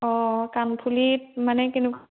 অঁ কাণফুলি মানে কেনেকুৱা